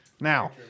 Now